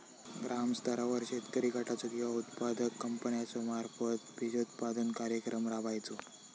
ग्रामस्तरावर शेतकरी गटाचो किंवा उत्पादक कंपन्याचो मार्फत बिजोत्पादन कार्यक्रम राबायचो?